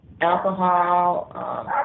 Alcohol